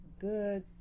good